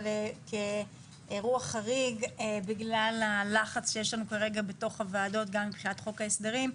אבל כאירוע חריג בגלל הלחץ שיש לנו בתוך הוועדות גם מבחינת חוק ההסדרים,